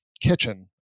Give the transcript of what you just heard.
kitchen